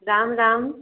Ram Ram